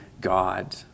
God